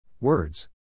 Words